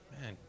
Man